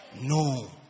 No